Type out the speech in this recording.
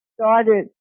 started